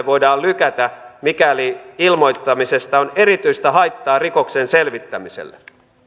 voidaan lykätä mikäli ilmoittamisesta on erityistä haittaa rikoksen selvittämiselle